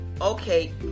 okay